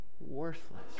worthless